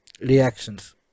Reactions